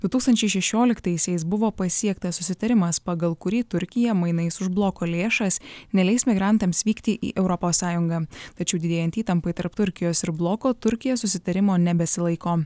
du tūkstančiai šešioliktaisiais buvo pasiektas susitarimas pagal kurį turkija mainais už bloko lėšas neleis migrantams vykti į europos sąjungą tačiau didėjant įtampai tarp turkijos ir bloko turkija susitarimo nebesilaiko